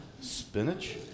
Spinach